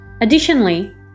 Additionally